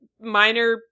Minor